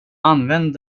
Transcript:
använd